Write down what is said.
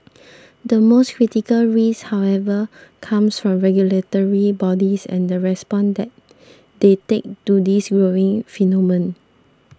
the most critical risk however comes from regulatory bodies and the response that they take to this growing phenomenon